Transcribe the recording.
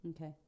Okay